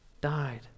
died